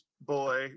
boy